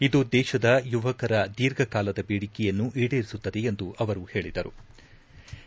ಇದು ದೇಶದ ಯುವಕರ ದೀರ್ಘಕಾಲದ ಬೇಡಿಕೆಯನ್ನು ಈಡೇರಿಸುತ್ತದೆ ಎಂದು ಅವರು ಹೇಳದರು